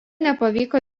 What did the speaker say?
nepavyko